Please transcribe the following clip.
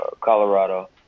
Colorado